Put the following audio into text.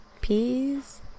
Peas